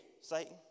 Satan